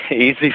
easy